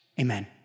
amen